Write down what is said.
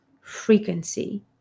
frequency